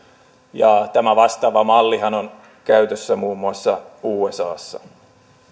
tämä vastaava mallihan on käytössä muun muassa usassa